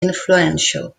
influential